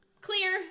clear